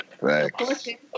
Right